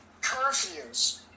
curfews